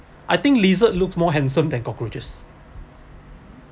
I think lizard looks more handsome than cockroaches